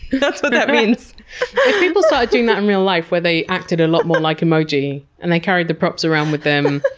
that's what that means! if people started doing that in real life where they acted a lot more like emoji and they carried the props around with them,